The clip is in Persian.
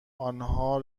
آنها